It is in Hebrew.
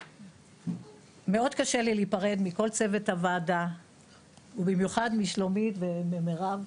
מאוד קשה לי להיפרד מכל צוות הוועדה ובמיוחד משלומית וממירב,